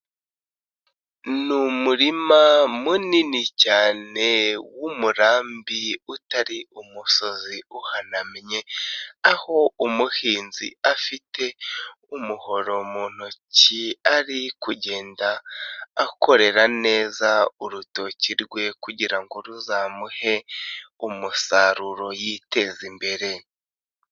Ni umurima munini cyane w'umurambi utari umusozi uhanamye, aho umuhinzi afite umuhoro mu ntoki ari kugenda akorera neza urutoki rwe kugira ngo ruzamuhe umusaruro yitezimbere.